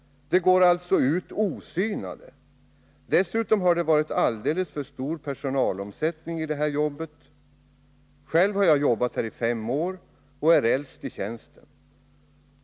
De går alltså ut osynade. Dessutom har det varit alldeles för stor personalomsättning i det här jobbet. Själv har jag jobbat här i fem år och är äldst i tjänsten.